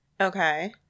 Okay